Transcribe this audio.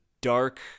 dark